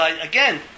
again